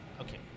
okay